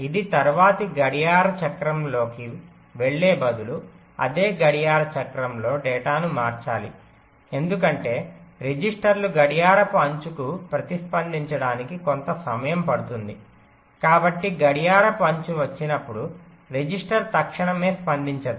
ఇది తరువాతి గడియార చక్రంలోకి వెళ్లే బదులు అదే గడియార చక్రంలో డేటాను మార్చాలి ఎందుకంటే రిజిస్టర్లు గడియారపు అంచుకు ప్రతిస్పందించడానికి కొంత సమయం పడుతుంది కాబట్టి గడియారపు అంచు వచ్చినప్పుడు రిజిస్టర్ తక్షణమే స్పందించదు